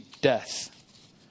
death